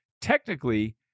Technically